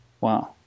wow